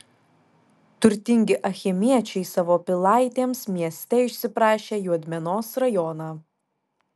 turtingi achemiečiai savo pilaitėms mieste išsiprašė juodmenos rajoną